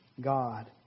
God